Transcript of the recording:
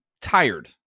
tired